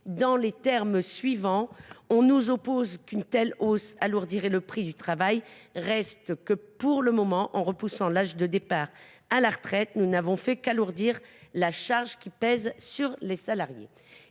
dans les termes suivants :« On nous oppose qu’une telle hausse alourdirait le prix du travail. Reste que, pour le moment, en repoussant l’âge de départ à la retraite, nous n’avons fait qu’alourdir la charge qui pèse sur les salariés.